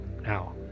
now